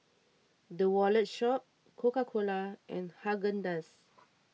the Wallet Shop Coca Cola and Haagen Dazs